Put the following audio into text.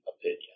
opinion